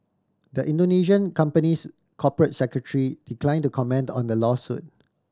the Indonesian company's corporate secretary decline to comment on the lawsuit